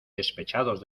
despechados